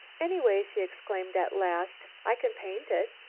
anyway, she exclaimed at last, i can paint it.